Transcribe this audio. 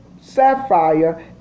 sapphire